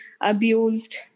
abused